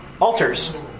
altars